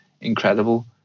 incredible